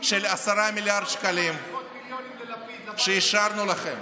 של 10 מיליארד שקלים שהשארנו לכם,